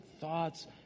thoughts